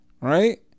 Right